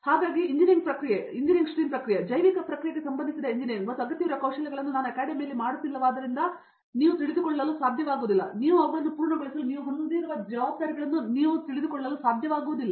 ಹಾಗಾಗಿ ಜೈವಿಕ ಪ್ರಕ್ರಿಯೆಗೆ ಸಂಬಂಧಿಸಿದ ಎಂಜಿನಿಯರಿಂಗ್ ಮತ್ತು ಅಗತ್ಯವಿರುವ ಕೌಶಲ್ಯಗಳನ್ನು ನಾನು ಅಕಾಡೆಮಿಯಲ್ಲಿ ಮಾಡುತ್ತಿಲ್ಲವಾದ್ದರಿಂದ ನೀವು ತಿಳಿದುಕೊಳ್ಳಲು ಸಾಧ್ಯವಾಗುವುದಿಲ್ಲ ನೀವು ಅವುಗಳನ್ನು ಪೂರ್ಣಗೊಳಿಸಲು ನೀವು ಹೊಂದುವ ಜವಾಬ್ದಾರಿಗಳನ್ನು ನೀವು ಹೆಚ್ಚು ತಿಳಿದುಕೊಳ್ಳಲು ಸಾಧ್ಯವಾಗುವುದಿಲ್ಲ